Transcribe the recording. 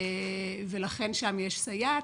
ולכן שם יש סייעת.